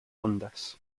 ondas